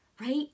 right